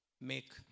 make